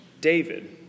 David